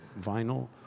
vinyl